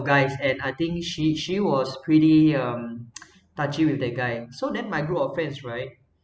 guys and I think she she was pretty um touchy with that guy so then my group of friends right